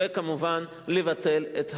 וכמובן לבטל את ההריסה.